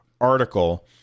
article